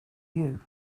you